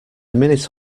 minute